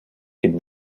could